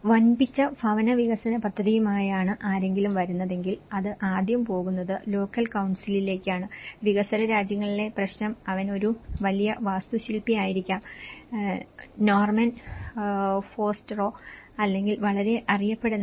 വമ്പിച്ച ഭവന വികസന പദ്ധതിയുമായാണ് ആരെങ്കിലും വരുന്നതെങ്കിൽ അത് ആദ്യം പോകുന്നത് ലോക്കൽ കൌൺസിലിലേക്കാണ് വികസ്വര രാജ്യങ്ങളിലെ പ്രശ്നം അവൻ ഒരു വലിയ വാസ്തുശില്പിയായിരിക്കാം നോർമൻ ഫോസ്റ്ററോ അല്ലെങ്കിൽ വളരെ അറിയപ്പെടുന്ന